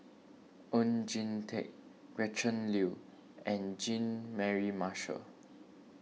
Oon Jin Teik Gretchen Liu and Jean Mary Marshall